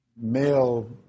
male